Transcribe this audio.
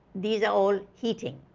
these are all heating.